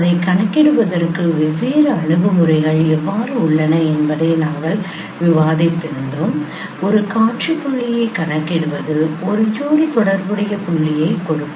அதைக் கணக்கிடுவதற்கு வெவ்வேறு அணுகுமுறைகள் எவ்வாறு உள்ளன என்பதை நாங்கள் விவாதித்தோம் ஒரு காட்சி புள்ளியைக் கணக்கிடுவது ஒரு ஜோடி தொடர்புடைய புள்ளியைக் கொடுக்கும்